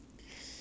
oh shit